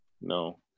no